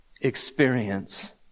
experience